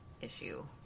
issue